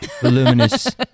voluminous